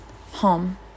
home